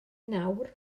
nawr